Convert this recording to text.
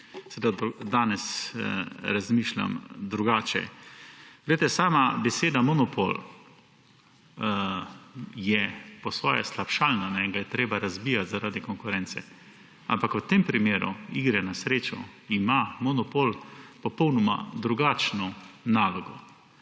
Danes razmišljam drugače. Sama beseda monopol je po svoje slabšalna in ga je treba razbijati zaradi konkurence, ampak v primeru iger na srečo ima monopol popolnoma drugačno nalogo.